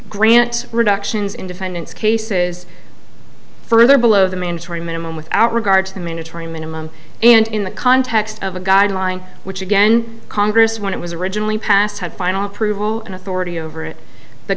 grant reductions in defendants cases further below the mandatory minimum without regard to the mandatory minimum and in the context of a guideline which again congress when it was originally passed had final approval and authority over it the